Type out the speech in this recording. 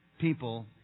people